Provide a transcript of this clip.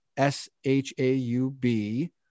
S-H-A-U-B